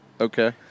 Okay